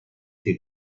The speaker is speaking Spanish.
que